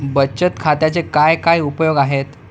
बचत खात्याचे काय काय उपयोग आहेत?